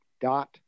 dot